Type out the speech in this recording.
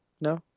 No